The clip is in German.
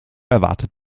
erwartet